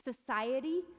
society